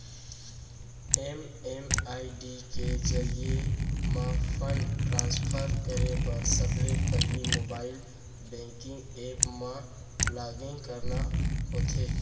MMID के जरिये म फंड ट्रांसफर करे बर सबले पहिली मोबाइल बेंकिंग ऐप म लॉगिन करना होथे